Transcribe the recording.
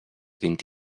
vint